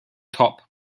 top